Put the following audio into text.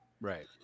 right